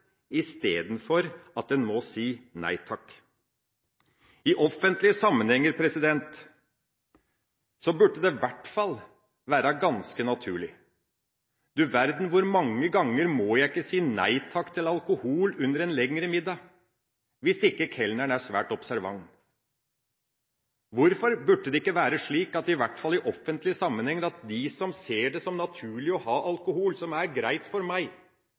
istedenfor at en må si nei takk. I offentlige sammenhenger burde det i hvert fall være ganske naturlig. Du verden hvor mange ganger må jeg ikke si nei takk til alkohol under en lengre middag – hvis ikke kelneren er svært observant! Bør det ikke være slik, i hvert fall i offentlige sammenhenger, at de som ser det som naturlig å ha alkohol, som er greit for meg,